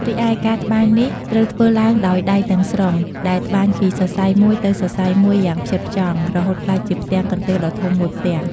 រីឯ ការត្បាញនេះត្រូវធ្វើឡើងដោយដៃទាំងស្រុង ដែលត្បាញពីសរសៃមួយទៅសរសៃមួយយ៉ាងផ្ចិតផ្ចង់ រហូតក្លាយជាផ្ទាំងកន្ទេលដ៏ធំមួយផ្ទាំង។